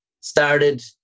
started